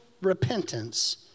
repentance